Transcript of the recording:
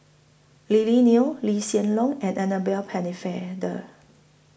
Lily Neo Lee Hsien Loong and Annabel Pennefather